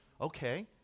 Okay